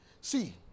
See